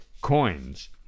coins